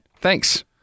Thanks